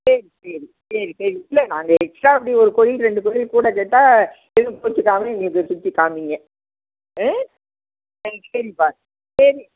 சரி சரி சரி சரி இல்லை நாங்கள் எக்ஸ்ட்ரா அப்படி ஒரு கோயில் ரெண்டு கோயில் கூட கேட்டால் எதுவும் கோச்சுக்காம எங்களுக்கு சுற்றிக் காமிங்க ஆ ஆ சரிப்பா சரி